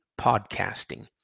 podcasting